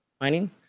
mining